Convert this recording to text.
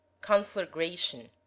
conflagration